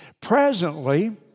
Presently